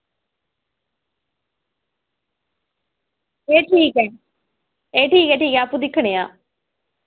ए ठीक ऐ ए ठीक ऐ ठीक ऐ आपूं दिक्खने आं